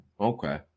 Okay